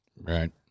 Right